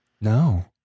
No